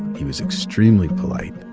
he was extremely polite.